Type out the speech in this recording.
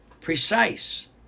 precise